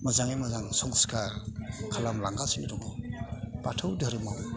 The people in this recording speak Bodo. मोजाङै मोजां संस्खार खालामलांगासिनो दङ बाथौ धोरोमआव